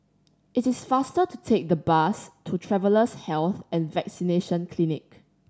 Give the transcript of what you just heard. it is faster to take the bus to Travellers' Health and Vaccination Clinic